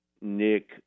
nick